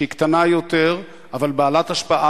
שהיא קטנה יותר אבל בעלת השפעה,